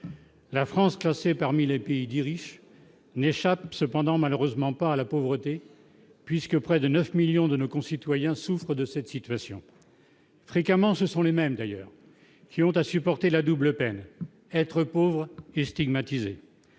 la France classée parmi les pays dits riches n'échappe cependant malheureusement pas à la pauvreté, puisque près de 9 millions de nos concitoyens souffrent de cette situation, fréquemment, ce sont les mêmes d'ailleurs qui ont à supporter la double peine, être pauvre et stigmatisé